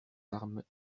armes